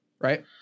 right